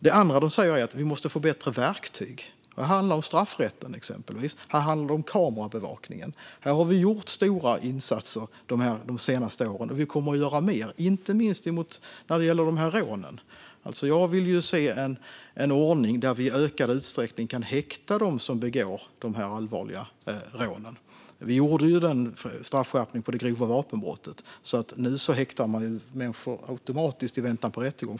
Det andra de säger är att de måste få bättre verktyg. Det handlar exempelvis om straffrätten och kamerabevakningen. Här har vi gjort stora insatser de senaste åren, och vi kommer att göra mer, inte minst när det gäller de här rånen. Jag vill se en ordning där vi i ökad utsträckning kan häkta dem som begår de här allvarliga rånen. Vi gjorde ju en straffskärpning för grovt vapenbrott. Nu häktar man människor automatiskt i väntan på rättegång.